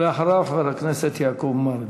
אחריו, חבר הכנסת יעקב מרגי.